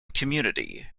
community